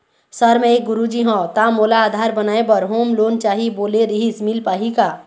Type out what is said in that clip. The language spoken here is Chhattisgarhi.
सर मे एक गुरुजी हंव ता मोला आधार बनाए बर होम लोन चाही बोले रीहिस मील पाही का?